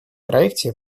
проекте